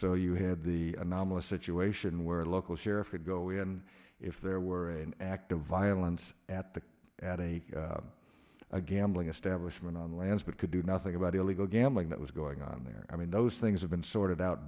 so you had the anomalous situation where a local sheriff would go in if there were an act of violence at the at a gambling establishment on land but could do nothing about illegal gambling that was going on there i mean those things have been sorted out